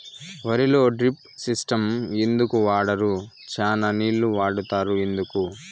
వరిలో drip system ఎందుకు వాడరు? చానా నీళ్లు వాడుతారు ఎందుకు?